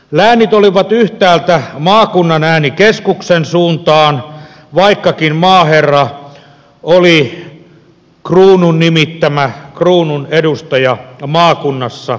läänit olivat yhtäältä maakunnan ääni keskuksen suuntaan vaikkakin maaherra oli kruunun nimittämä kruunun edustaja maakunnassa